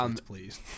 please